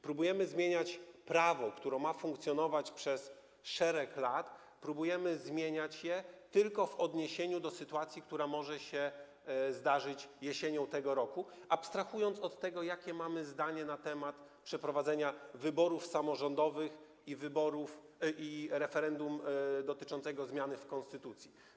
Próbujemy zmieniać prawo, które ma funkcjonować przez szereg lat, próbujemy zmieniać je tylko w odniesieniu do sytuacji, która może się zdarzyć jesienią tego roku, abstrahując od tego, jakie mamy zdanie na temat przeprowadzenia wyborów samorządowych i referendum dotyczącego zmian w konstytucji.